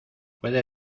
puede